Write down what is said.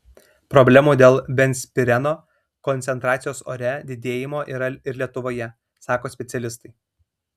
problemų dėl benzpireno koncentracijos ore didėjimo yra ir lietuvoje sako specialistai